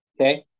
Okay